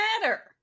matter